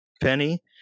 Penny